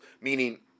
meaning